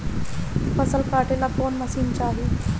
फसल काटेला कौन मशीन चाही?